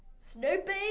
Snoopy